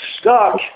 stuck